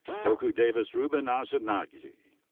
cocou davis ruben aza-gnandji.